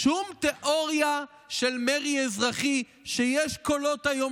"שום תיאוריה של מרי אזרחי" ויש קולות היום